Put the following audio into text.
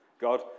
God